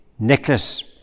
Nicholas